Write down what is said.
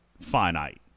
finite